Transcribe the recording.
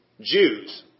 Jews